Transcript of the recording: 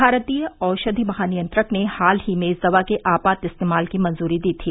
भारतीय औषधि महानियंत्रक ने हाल ही में इस दवा के आपात इस्तेमाल की मंजूरी दी थी